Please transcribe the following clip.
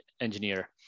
engineer